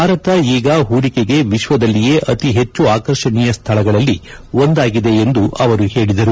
ಭಾರತ ಈಗ ಹೂಡಿಕೆಗೆ ವಿಶ್ವದಲ್ಲಿಯೇ ಅತಿ ಹೆಚ್ಚು ಆಕರ್ಷಣೀಯ ಸ್ನಳಗಳಲ್ಲಿ ಒಂದಾಗಿದೆ ಎಂದು ಅವರು ಹೇಳಿದರು